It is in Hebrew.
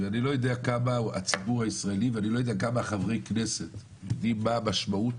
אני לא יודע כמה הציבור הישראלי וכמה חברי כנסת מבינים מה המשמעות